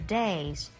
days